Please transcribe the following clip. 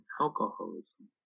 alcoholism